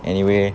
anyway